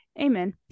Amen